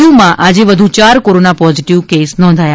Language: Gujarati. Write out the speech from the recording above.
દીવમાં આજે વધુ યાર કોરોના પોઝિટિવ કેસ નોંધાયા